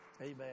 Amen